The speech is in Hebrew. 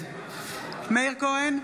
מאיר כהן,